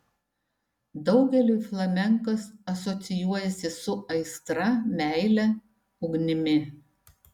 daugeliui flamenkas asocijuojasi su aistra meile ugnimi